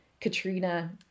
katrina